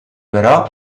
però